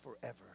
forever